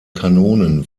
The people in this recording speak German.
kanonen